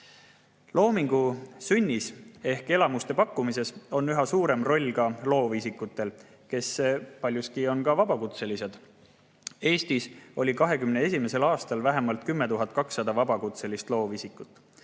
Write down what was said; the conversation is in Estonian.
Loomingu sünnis ehk elamuste pakkumises on üha suurem roll loovisikutel, kes paljuski on vabakutselised. Eestis oli 2021. aastal vähemalt 10 200 vabakutselist loovisikut.